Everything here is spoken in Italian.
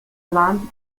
avanti